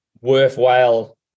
worthwhile